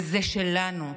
וזה שלנו.